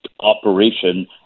Operation